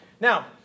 Now